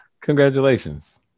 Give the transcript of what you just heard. Congratulations